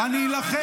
אז תקרא